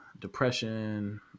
depression